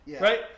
right